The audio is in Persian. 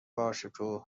باشکوه